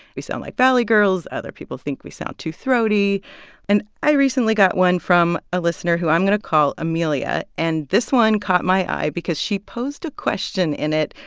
we sound like valley girls. other people think we sound too throaty and i recently got one from a listener who i'm going to call amelia. and this one caught my eye because she posed a question in it,